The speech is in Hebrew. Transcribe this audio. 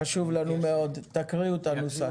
חשוב לנו מאוד, תקריאו את הנוסח.